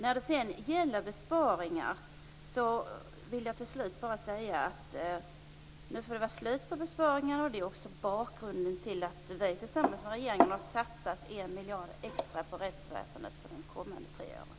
När det gäller besparingar vill jag till slut bara säga att det får vara slut på besparingar nu. Det är också bakgrunden till att vi tillsammans med regeringen har satsat 1 miljard extra på rättsväsendet för de kommande tre åren.